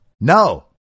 No